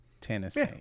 Tennessee